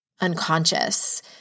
unconscious